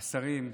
השרים,